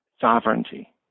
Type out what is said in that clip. sovereignty